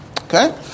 Okay